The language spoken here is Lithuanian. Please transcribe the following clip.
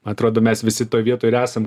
atrodo mes visi toj vietoj ir esam